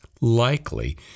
likely